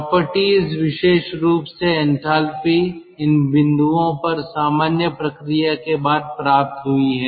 properties विशेष रूप से एंथैल्पी इन बिंदुओं पर सामान्य प्रक्रिया के बाद प्राप्त हुई है